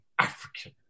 African